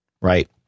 Right